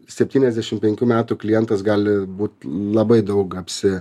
septyniasdešimt penkių metų klientas gali būti labai daug apsi